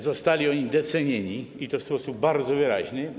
Zostali oni docenieni i to w sposób bardzo wyraźny.